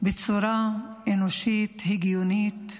בצורה אנושית, הגיונית,